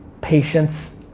patience,